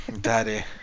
Daddy